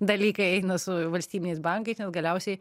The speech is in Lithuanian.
dalykai eina su valstybiniais bankais nes galiausiai